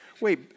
Wait